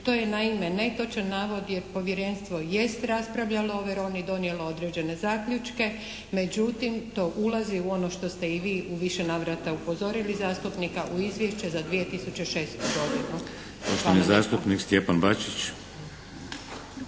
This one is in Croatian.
To je naime netočan navod jer povjerenstvo jest raspravljalo o Veroni, donijelo određene zaključke, međutim to ulazi u ono što ste i vi u više navrata upozorili zastupnika u izvješće za 2006. godinu.